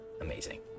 Amazing